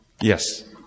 Yes